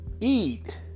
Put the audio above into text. eat